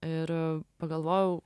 ir pagalvojau